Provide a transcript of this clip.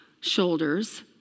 shoulders